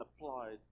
applied